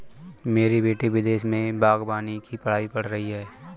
मेरी बेटी विदेश में बागवानी की पढ़ाई पढ़ रही है